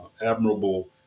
admirable